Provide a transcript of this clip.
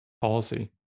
policy